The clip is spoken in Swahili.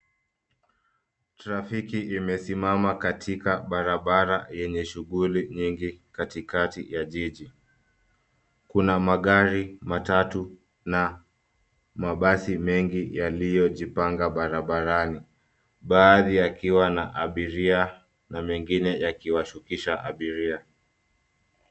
Trafiki imesimama katika barabara yenye shughuli nyingi katikati ya jiji. Kuna magari, matatu na mabasi mengi yaliyojipanga barabarani, baadhi yakiwa na abiria na mengine yakiwashukisha abiria.